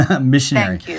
missionary